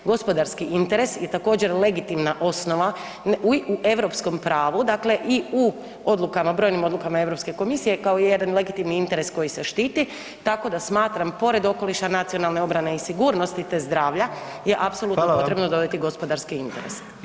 Gospodarski interes je također legitimna osnova u europskom pravu dakle i u odlukama, brojnim odlukama Europske komisije kao i jedan legitimni interes koji se štiti, tako da smatram pored okoliša, nacionalne obrane i sigurnosti te zdravlja je apsolutno potrebno dodati [[Upadica: Hvala vam.]] gospodarski interes.